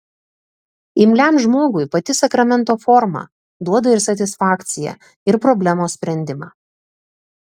imliam žmogui pati sakramento forma duoda ir satisfakciją ir problemos sprendimą